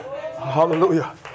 Hallelujah